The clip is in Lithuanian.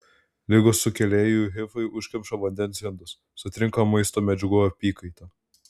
ligos sukėlėjų hifai užkemša vandens indus sutrinka maisto medžiagų apykaita